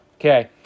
Okay